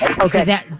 Okay